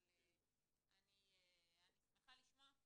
אבל אני שמחה לשמוע.